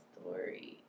story